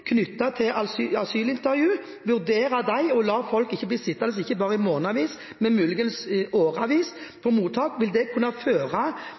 asylintervju, vurdere det å la folk bli sittende ikke bare i månedsvis, men muligens i årevis på mottak, vil kunne føre